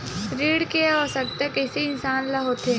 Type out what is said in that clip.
ऋण के आवश्कता कइसे इंसान ला होथे?